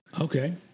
Okay